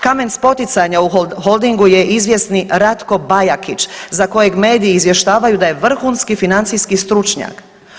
Kamen spoticanja u Holdingu je izvjesni Ratko Bajakić za kojeg mediji izvještavaju da je vrhunski financijski stručnjak.